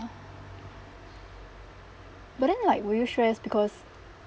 but then like will you stress because